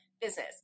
business